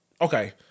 okay